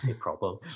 problem